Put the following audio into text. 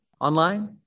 online